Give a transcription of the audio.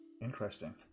Interesting